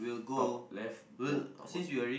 top left then top bottom